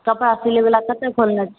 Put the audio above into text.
कपड़ा सिलवए वाला कतऽ खोलने छी